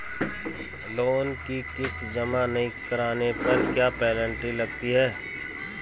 Loan की किश्त जमा नहीं कराने पर क्या पेनल्टी लगती है?